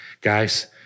Guys